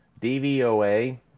DVOA